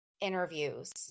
interviews